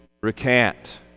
recant